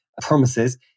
promises